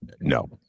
no